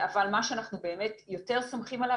אבל מה שאנחנו באמת יותר סומכים עליו,